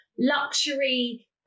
luxury